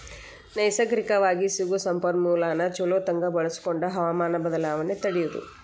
ನೈಸರ್ಗಿಕವಾಗಿ ಸಿಗು ಸಂಪನ್ಮೂಲಾನ ಚುಲೊತಂಗ ಬಳಸಕೊಂಡ ಹವಮಾನ ಬದಲಾವಣೆ ತಡಿಯುದು